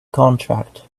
contract